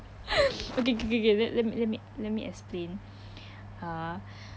okay K K K let me let me let me explain uh